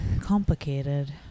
complicated